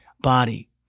body